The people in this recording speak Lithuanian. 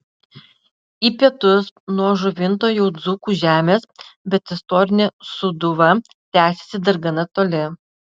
į pietus nuo žuvinto jau dzūkų žemės bet istorinė sūduva tęsiasi dar gana toli